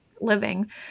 living